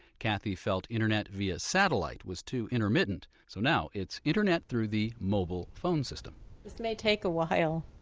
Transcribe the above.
kathy felt internet via satellite was too intermittent, so now it's internet through the mobile phone system this may take a while,